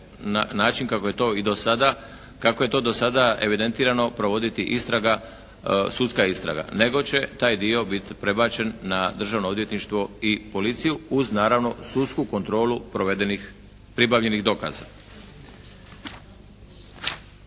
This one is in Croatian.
dosada, kako je to dosada evidentirano provoditi istraga, sudska istraga, nego će taj dio bit prebačen na Državno odvjetništvo i Policiju, uz naravno sudsku kontrolu provedenih, pribavljenih dokaza.